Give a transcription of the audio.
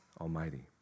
Almighty